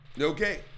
okay